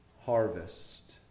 harvest